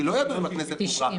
כי לא ידעו אם הכנסת תפוזר.